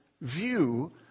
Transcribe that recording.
view